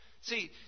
See